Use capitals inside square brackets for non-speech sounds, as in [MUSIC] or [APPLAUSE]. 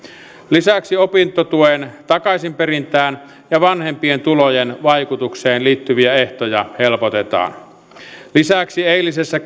lisäksi opintotuen takaisinperintään ja vanhempien tulojen vaikutukseen liittyviä ehtoja helpotetaan lisäksi eilisessä [UNINTELLIGIBLE]